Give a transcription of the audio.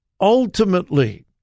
ultimately